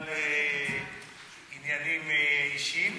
בגלל ענייניים אישיים?